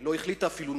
לא החליטה אפילו,